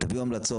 תביאו המלצות,